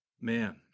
man